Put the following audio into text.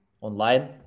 online